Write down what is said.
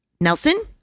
Nelson